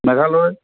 Meghalaya